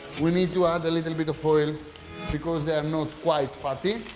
we need to add a little bit of oil because they are not quite fatty.